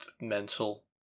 mental